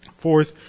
Fourth